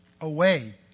away